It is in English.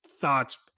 thoughts